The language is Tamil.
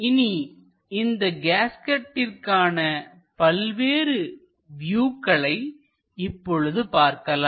இனி இந்த கேஸ்கேட்டிற்கான பல்வேறு வியூக்களை இப்பொழுது பார்க்கலாம்